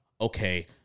okay